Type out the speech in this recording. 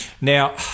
Now